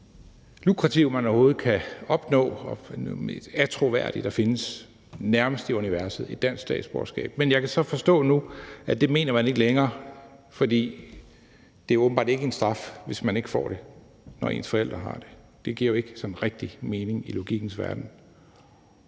lukrative, man overhovedet kan opnå, og mest attråværdige, der nærmest findes i universet, altså et dansk statsborgerskab. Men jeg kan så forstå nu, at det mener man ikke længere, for det er åbenbart ikke en straf, hvis man ikke får det, når ens forældre har det. Det giver jo ikke sådan rigtig mening i logikkens verden.